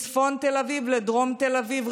מצפון תל אביב לדרום תל אביב,